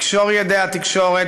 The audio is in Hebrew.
לקשור את ידי התקשורת,